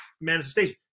manifestation